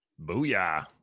booyah